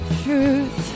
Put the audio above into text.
truth